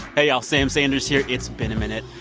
hey, y'all, sam sanders here. it's been a minute.